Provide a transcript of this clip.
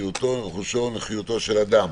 בריאותו, רכושו או נוחיותו של אדם."